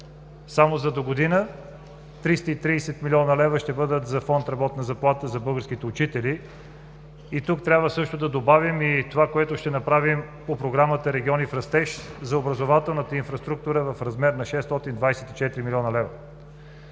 Само за догодина 330 млн. лв. ще бъдат на Фонд „Работна заплата“ за българските учители. Тук трябва също да добавим и това, което ще направим по Програмата „Региони в растеж“ за образователната инфраструктура в размер на 624 млн. лв.